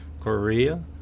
Korea